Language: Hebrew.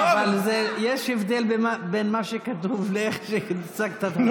יש הבדל בין מה שכתוב לבין איך שהצגת את הדברים.